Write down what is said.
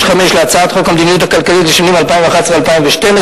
46(5) להצעת חוק המדיניות הכלכלית לשנים 2011 ו-2012,